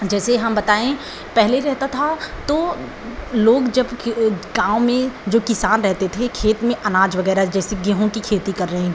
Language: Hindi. जैसे हम बताएँ पहले रहता था तो लोग जब गाँव में जो किसान रहते थे खेत में अनाज वग़ैरह जैसे गेहूँ की खेती कर रहे हैं